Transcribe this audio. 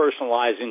personalizing